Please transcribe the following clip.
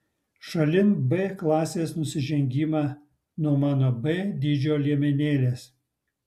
šalin b klasės nusižengimą nuo mano b dydžio liemenėlės